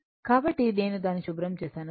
కాబట్టి నేను దానిని శుభ్రం చేస్తాను